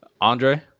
Andre